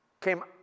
came